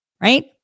right